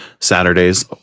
Saturdays